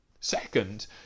Second